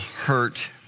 hurt